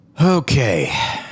Okay